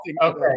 Okay